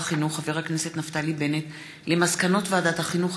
החינוך נפתלי בנט על מסקנות ועדת החינוך,